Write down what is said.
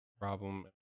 problem